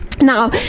Now